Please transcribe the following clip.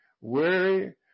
weary